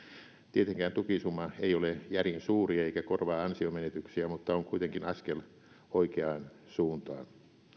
tietenkään tukisumma ei ole järin suuri eikä korvaa ansionmenetyksiä mutta on kuitenkin askel oikeaan suuntaan